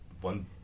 one